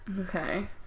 Okay